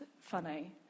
funny